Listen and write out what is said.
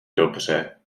dobře